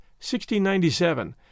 1697